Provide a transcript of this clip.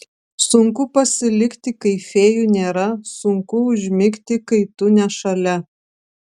sunku pasilikti kai fėjų nėra sunku užmigti kai tu ne šalia